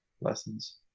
lessons